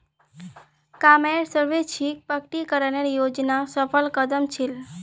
कमाईर स्वैच्छिक प्रकटीकरण योजना सफल कदम छील